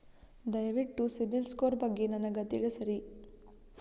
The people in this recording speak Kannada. ದಯವಿಟ್ಟು ಸಿಬಿಲ್ ಸ್ಕೋರ್ ಬಗ್ಗೆ ನನಗ ತಿಳಸರಿ?